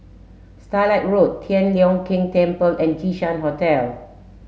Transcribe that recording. Starlight Road Tian Leong Keng Temple and Jinshan Hotel